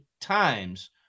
times